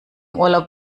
urlaub